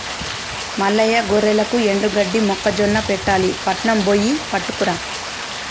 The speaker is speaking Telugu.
మల్లయ్య గొర్రెలకు ఎండుగడ్డి మొక్కజొన్న పెట్టాలి పట్నం బొయ్యి పట్టుకురా